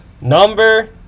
Number